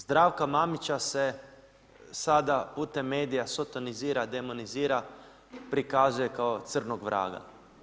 Zdravka Mamića se sada putem medija sotonizira, demonizira, prikazuje kao crnog vraga.